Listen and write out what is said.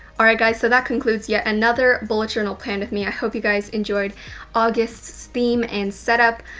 alright guys, so that concludes yet another bullet journal plan with me. i hope you guys enjoyed august's theme and set up.